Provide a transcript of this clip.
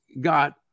got